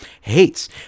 hates